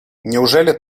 неужели